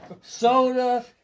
soda